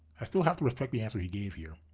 i still have to respect the answer he gave here.